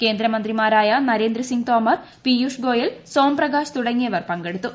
കേന്ദ്രം മന്ത്രിമാരായ നരേന്ദ്രസിങ് തോമർ പിയൂഷ്ഗോയൽ സോം പ്രകാശ് തുടങ്ങിയവർ പങ്കെടുത്തു